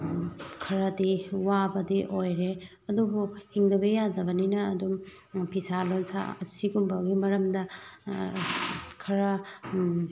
ꯈꯔꯗꯤ ꯋꯥꯕꯗꯤ ꯑꯣꯏꯔꯦ ꯑꯗꯨꯕꯨ ꯍꯤꯡꯗꯕ ꯌꯥꯗꯕꯅꯤꯅ ꯑꯗꯨꯝ ꯐꯤꯁꯥ ꯂꯣꯟꯁꯥ ꯑꯁꯤꯒꯨꯝꯕꯒꯤ ꯃꯔꯝꯗ ꯈꯔ